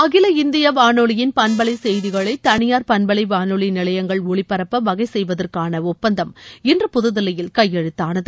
அகில இந்திய வானொலியின் பண்பலை செய்திகளை தனியார் பண்பலை வானொலி நிலையங்கள் ஒலிபரப்ப வகை செய்வதற்காள ஒப்பந்தம் இன்று புதுதில்லியில் கையெழுத்தானது